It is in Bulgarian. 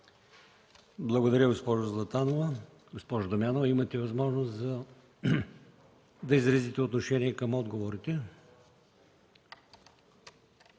Благодаря, госпожо Златанова. Госпожо Дамянова, имате възможност да изразите възможност към отговорите.